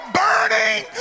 burning